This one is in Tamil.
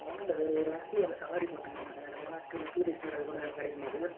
ஒன்னுல்லை சார் ஒரு வண்டி ஒன்று சவாரி போகிறதுக்கு வேணும் சார் எதனா டூ டூரிஸ்ட்டர் அதுப்போல எதனா கிடைக்குமா சார்